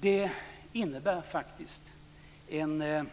Detta innebär faktiskt en